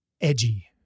edgy